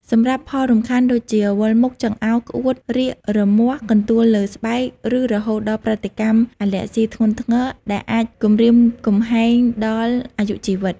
សម្រាប់ផលរំខាន់ដូចជា វិលមុខ ចង្អោរ ក្អួត រាគ រមាស់ កន្ទួលលើស្បែក ឬរហូតដល់ប្រតិកម្មអាលែហ្ស៊ីធ្ងន់ធ្ងរ ដែលអាចគំរាមកំហែងដល់អាយុជីវិត។